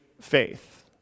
faith